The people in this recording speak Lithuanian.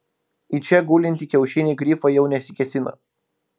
į čia gulintį kiaušinį grifai jau nesikėsina